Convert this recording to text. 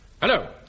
Hello